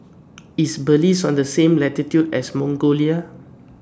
IS Belize on The same latitude as Mongolia